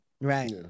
Right